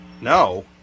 No